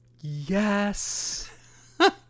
Yes